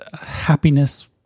happiness